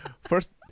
First